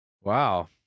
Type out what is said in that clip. Wow